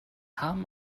haben